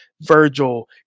Virgil